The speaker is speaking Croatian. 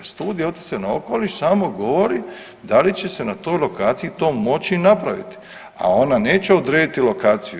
Studija utjecaja na okoliš samo govori da li će se na toj lokaciji to moći napraviti, a ona neće odrediti lokaciju.